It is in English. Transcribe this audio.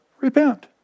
repent